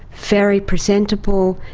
very presentable,